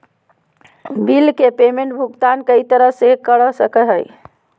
bill के payment भुगतान कई तरह से कर सको हइ